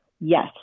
Yes